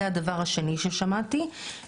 והדבר השלישי ששמעתי,